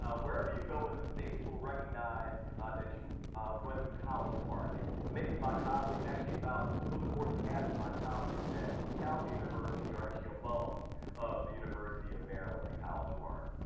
ah wherever you go in the state, people recognize that you went through college park. and many of my colleagues, actually about little bit more than half of my colleagues at towson university are actually alums of the university of maryland at college park.